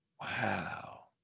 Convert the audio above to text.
Wow